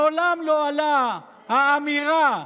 מעולם לא עלתה האמירה,